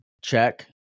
Check